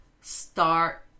start